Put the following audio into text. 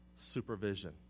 supervision